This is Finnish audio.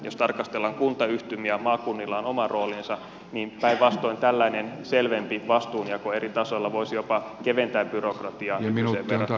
jos tarkastellaan kuntayhtymiä maakunnilla on oma roolinsa niin päinvastoin tällainen selvempi vastuunjako eri tasoilla voisi jopa keventää byrokratiaa entiseen verrattuna